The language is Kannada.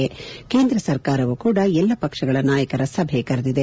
ಬಳಕ ಕೇಂದ್ರ ಸರ್ಕಾರವೂ ಕೂಡ ಎಲ್ಲ ಪಕ್ಷಗಳ ನಾಯಕರ ಸಭೆ ಕರೆದಿದೆ